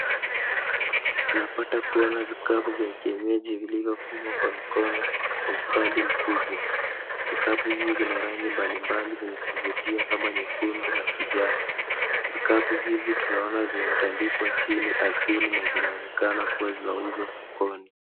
Tunapata kuona vikapu vya kienyeji vilivyofungwa kwa mikono kwa ustadi mkubwa. Vikapu hivi vina rangi mbalimbali zenye kuvutia kama nyekundu na kijani. Vikapu hivi tunaona vimetandikwa chini ardhini na zinaonekana kuwa zinauzwa sokoni.